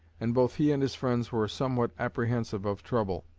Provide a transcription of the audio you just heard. and both he and his friends were somewhat apprehensive of trouble.